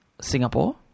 Singapore